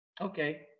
Okay